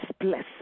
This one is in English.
blessing